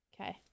Okay